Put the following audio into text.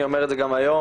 אני אומר את זה גם היום.